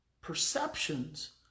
perceptions